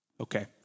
Okay